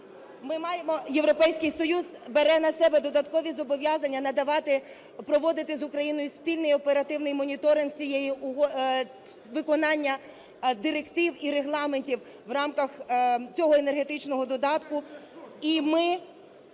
Європейський Союз бере на себе додаткові зобов'язання надавати, проводити з Україною спільний оперативний моніторинг виконання директив і регламентів в рамках цього енергетичного додатку.